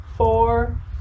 Four